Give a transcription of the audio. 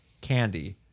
candy